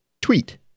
tweet